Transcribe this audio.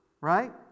right